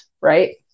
right